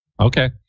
Okay